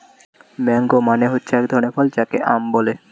mango মানে হচ্ছে এক ধরনের ফল যাকে আম বলে